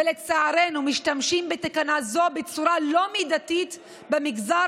ולצערנו משתמשים בתקנה זו בצורה לא מידתית במגזר